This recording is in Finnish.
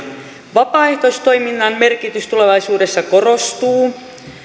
vapaaehtoistoiminnan merkitys tulevaisuudessa korostuu